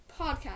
podcast